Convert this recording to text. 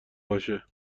باشه